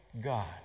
God